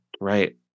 right